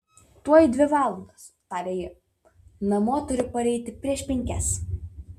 tuoj dvi valandos tarė ji namo turiu pareiti prieš penkias